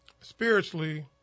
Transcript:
spiritually